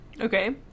Okay